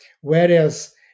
Whereas